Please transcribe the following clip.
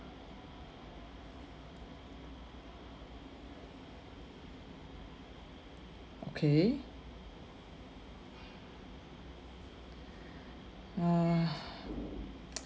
okay err